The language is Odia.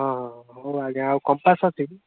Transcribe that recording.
ହଁ ହଁ ହଁ ହଉ ଆଜ୍ଞା ଆଉ କମ୍ପାସ୍ ଅଛି କି